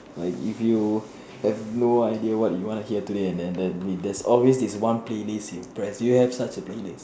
like if you have no idea what you want to hear today and then there always this playlist you press do you have such a playlist